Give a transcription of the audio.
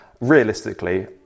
Realistically